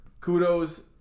kudos